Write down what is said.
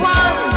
one